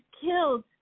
killed